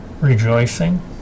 Rejoicing